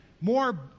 more